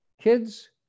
kids